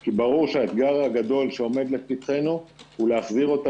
כי ברור שהאתגר הגדול שעומד לפתחתנו הוא להחזיר אותה